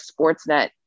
Sportsnet